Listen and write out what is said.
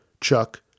Chuck